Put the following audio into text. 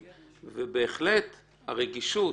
בהחלט יש רגישות.